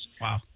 Wow